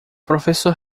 professor